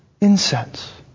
incense